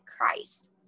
Christ